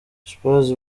spurs